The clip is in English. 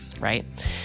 Right